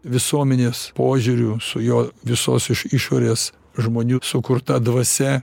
visuomenės požiūriu su jo visos iš išorės žmonių sukurta dvasia